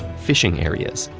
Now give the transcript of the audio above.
fishing areas,